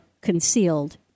concealed